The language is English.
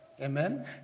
amen